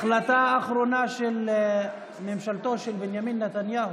החלטה אחרונה של ממשלתו של בנימין נתניהו,